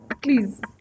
Please